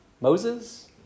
Moses